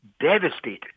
devastated